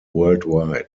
worldwide